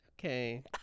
Okay